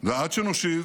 ועד שנשיב